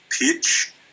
pitch